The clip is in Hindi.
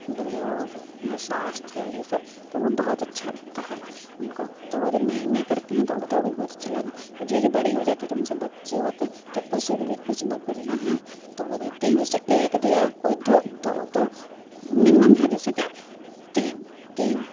जो मतलब स्वास्थ्य है ये सब तो वो बहुत अच्छा रहता है उनको तो वो जब में में करती हैं तो वो बहुत अच्छा लगता है और जब वो बड़ी हो जाती हैं तो उनसे बच्चे होते हैं तो कुछ कुछ बकरियां है तो वो देती हैं जैसे एक दिया कोई दो दो दो मिनिमम है जैसे कि तीन तीन